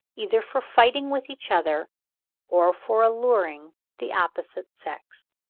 either for fighting with each other or for alluring the opposite sex.